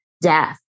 death